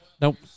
Nope